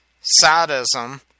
sadism